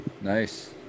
Nice